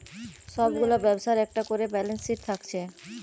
সব গুলা ব্যবসার একটা কোরে ব্যালান্স শিট থাকছে